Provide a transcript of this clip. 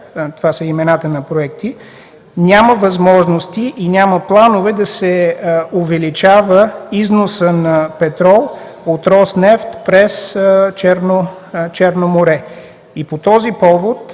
това са имената на проекти, няма възможности и няма планове да се увеличава износът на петрол от „Роснефт” през Черно море.